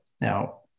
now